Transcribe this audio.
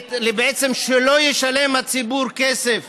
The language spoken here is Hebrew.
בעצם שהציבור לא ישלם כסף